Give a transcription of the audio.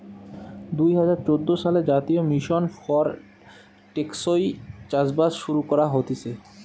দুই হাজার চোদ্দ সালে জাতীয় মিশন ফর টেকসই চাষবাস শুরু করা হতিছে